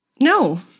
No